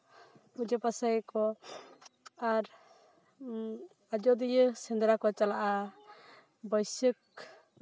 ᱯᱩᱡᱟᱹ ᱯᱟᱥᱟᱭᱟᱠᱚ ᱟᱨ ᱟᱡᱳᱫᱤᱭᱟᱹ ᱥᱮᱸᱫᱽᱨᱟ ᱠᱚ ᱪᱟᱞᱟᱜᱼᱟ ᱵᱟᱹᱭᱥᱟᱹᱠᱷ